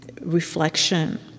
reflection